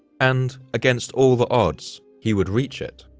and against all the odds, he would reach it.